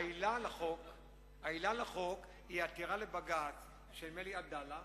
כי העילה לחוק היא עתירה לבג"ץ של "עדאלה",